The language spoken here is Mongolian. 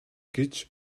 гэж